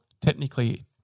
technically